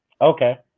Okay